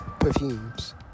perfumes